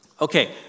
Okay